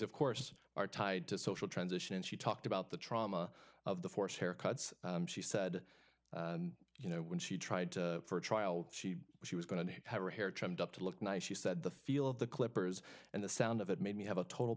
of course are tied to social transition and she talked about the trauma of the forced haircuts she said you know when she tried to for a trial she she was going to have her hair trimmed up to look nice she said the feel of the clippers and the sound of it made me have a total